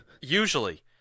Usually